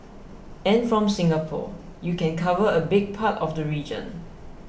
and from Singapore you can cover a big part of the region